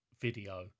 video